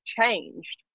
changed